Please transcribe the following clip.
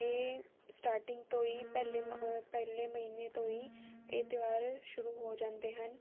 ਇਹ ਸਟਾਰਟਿੰਗ ਤੋਂ ਹੀ ਪਹਿਲੇ ਮ ਪਹਿਲੇ ਮਹੀਨੇ ਤੋਂ ਹੀ ਇਹ ਤਿਉਹਾਰ ਸ਼ੁਰੂ ਹੋ ਜਾਂਦੇ ਹਨ